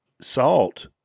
salt